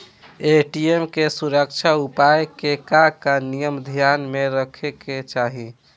ATM के सुरक्षा उपाय के का का नियम ध्यान में रखे के चाहीं?